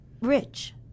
rich